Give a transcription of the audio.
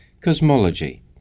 cosmology